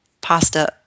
pasta